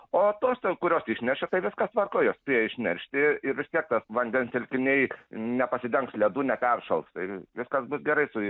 o tos ten kurios išneršė tai viskas tvarkoj jos spėjo išneršti ir vis tiek tas vandens telkiniai nepasidengs ledu neperšals tai viskas bus gerai su